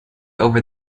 over